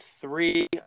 three